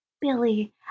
Billy